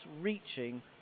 reaching